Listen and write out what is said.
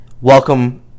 welcome